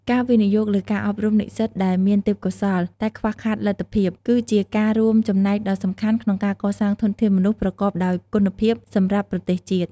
ការវិនិយោគលើការអប់រំនិស្សិតដែលមានទេពកោសល្យតែខ្វះខាតលទ្ធភាព គឺជាការរួមចំណែកដ៏សំខាន់ក្នុងការកសាងធនធានមនុស្សប្រកបដោយគុណភាពសម្រាប់ប្រទេសជាតិ។